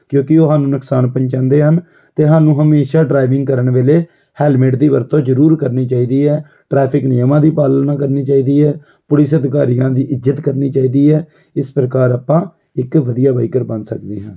ਕਿਉਂਕਿ ਉਹ ਸਾਨੂੰ ਨੁਕਸਾਨ ਪਹੁੰਚਾਉਂਦੇ ਹਨ ਅਤੇ ਸਾਨੂੰ ਹਮੇਸ਼ਾ ਡਰਾਈਵਿੰਗ ਕਰਨ ਵੇਲੇ ਹੈਲਮੇਟ ਦੀ ਵਰਤੋਂ ਜ਼ਰੂਰ ਕਰਨੀ ਚਾਹੀਦੀ ਹੈ ਟਰੈਫਿਕ ਨਿਯਮਾਂ ਦੀ ਪਾਲਣਾ ਕਰਨੀ ਚਾਹੀਦੀ ਹੈ ਪੁਲਿਸ ਅਧਿਕਾਰੀਆਂ ਦੀ ਇੱਜ਼ਤ ਕਰਨੀ ਚਾਹੀਦੀ ਹੈ ਇਸ ਪ੍ਰਕਾਰ ਆਪਾਂ ਇੱਕ ਵਧੀਆ ਬਾਈਕਰ ਬਣ ਸਕਦੇ ਹਾਂ